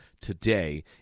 today